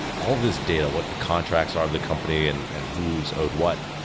all of these data. what the contracts are of the company and and who's owed what.